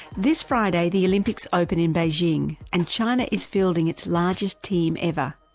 this friday the olympics open in beijing and china is fielding its largest team ever.